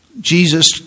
Jesus